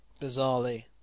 Bizarrely